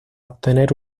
obtener